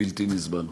בלתי נסבל.